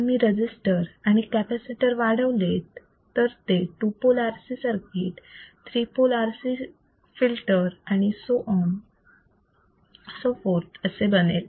जर मी रजिस्टर्स आणि कॅपॅसिटर वाढवलेत तर ते two pole RC circuit three pole RC filter and so on and so forth असे बनेल